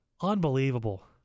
Unbelievable